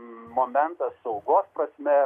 momentas saugos prasme